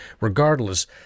regardless